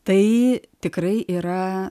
tai tikrai yra